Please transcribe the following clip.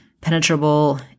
penetrable